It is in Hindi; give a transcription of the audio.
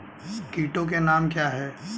कीटों के नाम क्या हैं?